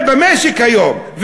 במשק היום,